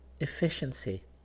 Efficiency